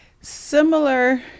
similar